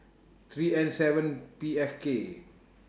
three N seven P F K